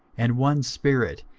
and one spirit,